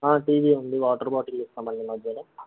tea V ఉంది water bottle ఇస్తామండి మధ్యలో